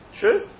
True